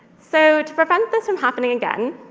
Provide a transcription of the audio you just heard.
so to prevent this from happening again,